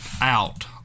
out